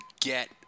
get